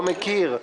לא מכיר,